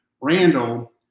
randall